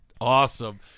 Awesome